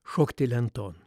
šokti lenton